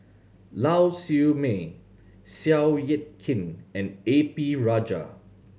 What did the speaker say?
Lau Siew Mei Seow Yit Kin and A P Rajah